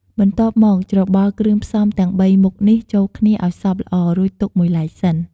បន្ទាប់មក ច្របល់គ្រឿងផ្សំទាំងបីមុខនេះចូលគ្នាឱ្យសព្វល្អ រួចទុកមួយឡែកសិន។